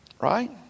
Right